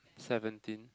seventeen